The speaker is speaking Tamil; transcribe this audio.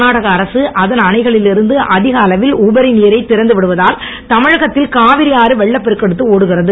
கர்நாடக அரசு அதன் அணைகளில் இருந்து அதிக அளவில் உபரி நீரை திறந்து விடுவதால் தமிழகத்தில் காவிரி ஆறு வென்ளப்பெருக்கெடுத்து ஓடுகிறது